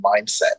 mindset